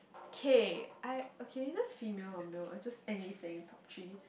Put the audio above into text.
K I okay you just female or male or just anything talk three